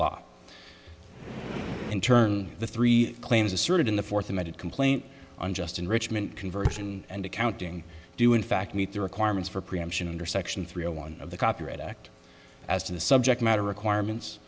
law in turn the three claims asserted in the fourth amended complaint unjust enrichment conversion and accounting do in fact meet the requirements for preemption under section three zero one of the copyright act as to the subject matter requirements